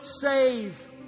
save